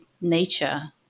nature